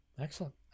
excellent